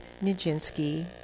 Nijinsky